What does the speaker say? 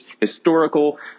historical